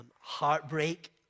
heartbreak